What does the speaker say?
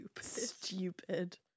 Stupid